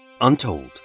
untold